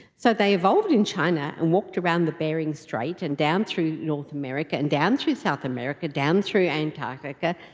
so they evolved in china and walked around the bering strait and down through north america and down through south america, down through antarctica,